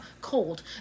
cold